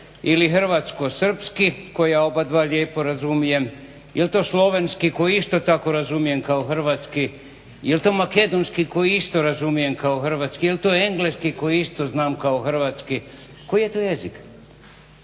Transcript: ili hrvatsko-srpski koja ja obadva lijepo razumijem, je li to slovenski koji isto tako razumijem kao hrvatski, je li to makedonski koji isto razumijem kao hrvatski, je li to engleski koji isto znam kao hrvatski? Koji je to jezik?